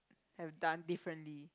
have done differently